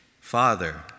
Father